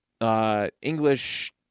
English